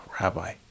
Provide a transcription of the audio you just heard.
Rabbi